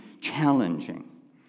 challenging